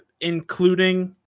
including